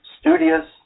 studious